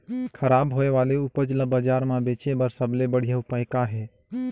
खराब होए वाले उपज ल बाजार म बेचे बर सबले बढ़िया उपाय का हे?